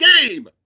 game